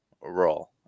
role